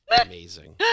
amazing